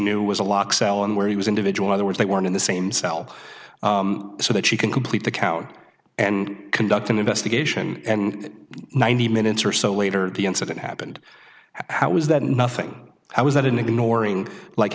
knew was a lock cell and where he was individual other words they weren't in the same cell so that she can complete the count and conduct an investigation and ninety minutes or so later the incident happened how was that nothing i was at and ignoring like